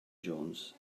jones